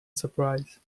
surprise